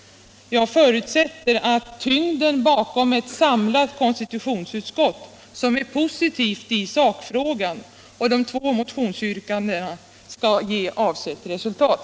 Jag förutsätter att tyngden bakom ett samlat konstitutionsutskott, som är positivt i sakfrågan, och de två motionsyrkandena skall ge avsett resultat.